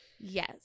Yes